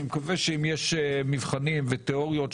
אני מקווה שאם יש מבחנים ותיאוריות,